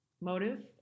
motive